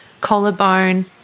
collarbone